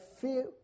fear